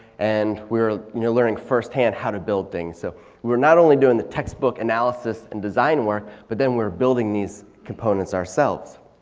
and we're you know learning first hand how to build things. so we're not only doing the textbook analysis and design work but then we're building these components ourselves.